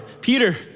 Peter